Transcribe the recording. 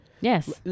Yes